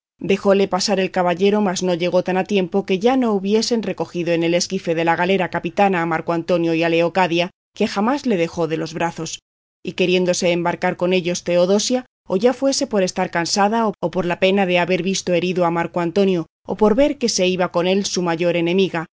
dejóle pasar el caballero mas no llegó tan a tiempo que ya no hubiesen recogido en el esquife de la galera capitana a marco antonio y a leocadia que jamás le dejó de los brazos y queriéndose embarcar con ellos teodosia o ya fuese por estar cansada o por la pena de haber visto herido a marco antonio o por ver que se iba con él su mayor enemiga